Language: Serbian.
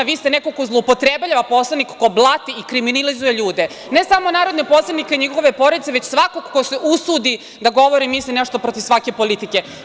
Vi ste neko ko zloupotrebljava Poslovnik, ko blati i kriminalizuje ljude, ne samo narodne poslanike i njihove porodice, već svakog ko se usudi da govori i misli nešto protiv svake politike.